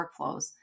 workflows